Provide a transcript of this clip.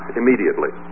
immediately